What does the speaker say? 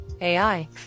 AI